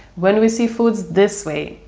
when we see food this way,